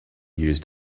used